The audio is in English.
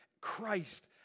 Christ